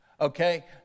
Okay